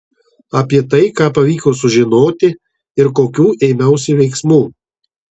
apie tai ką pavyko sužinoti ir kokių ėmiausi veiksmų